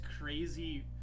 crazy